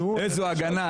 איזו הגנה,